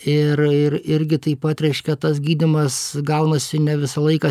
ir ir irgi taip pat reiškia tas gydymas gaunasi ne visą laiką